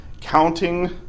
counting